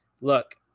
look